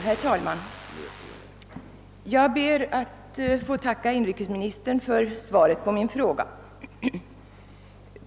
Herr talman! Jag ber att få tacka inrikesministern för svaret på min fråga.